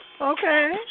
Okay